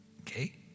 Okay